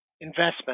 investment